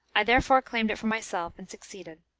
i therefore claimed it for myself, and succeeded.